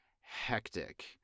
hectic